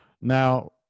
Now